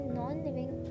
non-living